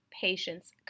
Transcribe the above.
patience